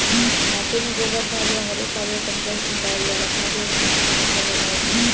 माटी में गोबर खाद या हरी खाद या कम्पोस्ट मिलावल जाला खाद या ह्यूमस क मात्रा बढ़ावे खातिर?